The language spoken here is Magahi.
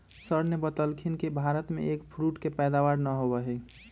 सर ने बतल खिन कि भारत में एग फ्रूट के पैदावार ना होबा हई